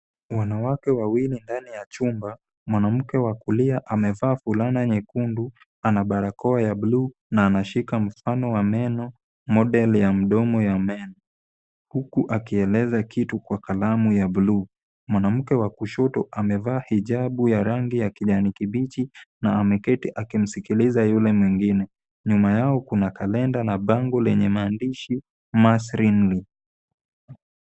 Wanawake wawili ndani ya chumba, mwanamke wa kulia amevaa fulana nyekundu, ana barakoa ya blue na anashika mfano wa meno, model ya mfano wa meno huku akieleza kitu kwa kalamu ya buluu. Mwanamke wa kushoto amevaa hijabu ya rangi ya kijani kibichi na ameketi akimsikiliza yule mwingine. Nyuma yao kuna kalenda na bango lenye maandishi Mars Wrigley .